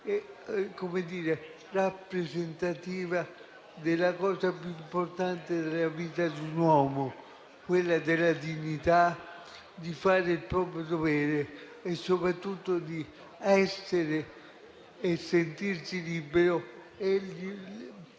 - e rappresentativa della cosa più importante della vita di un uomo, ossia la dignità di fare il proprio dovere e soprattutto di essere e sentirsi libero e